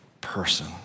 person